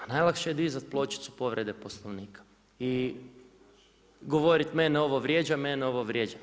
A najlakše je dizat pločicu povrede Poslovnika i govoriti mene ovo vrijeđa, mene ovo vrijeđa.